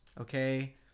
Okay